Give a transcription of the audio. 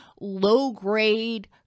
low-grade